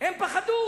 הם פחדו.